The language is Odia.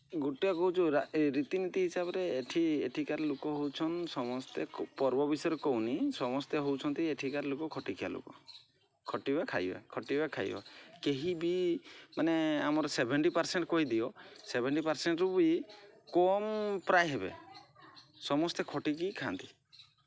ଗୋଟେ କହୁଛି ରୀତିନୀତି ହିସାବରେ ଏଠି ଏଠିକାର ଲୋକ ହେଉଛନ୍ତି ସମସ୍ତେ ପର୍ବ ବିଷୟରେ କହୁନି ସମସ୍ତେ ହେଉଛନ୍ତି ଏଠିକାର ଲୋକ ଖଟିକିଆ ଲୋକ ଖଟିବା ଖାଇବା ଖଟିବା ଖାଇବା କେହି ବି ମାନେ ଆମର ସେଭେଣ୍ଟି ପର୍ସେଣ୍ଟ୍ କହିଦିଅ ସେଭେଣ୍ଟି ପାର୍ସେଣ୍ଟ୍ରୁ ବି କମ୍ ପ୍ରାୟ ହେବେ ସମସ୍ତେ ଖଟିକି ଖାଆନ୍ତି